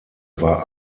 war